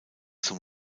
zum